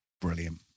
Brilliant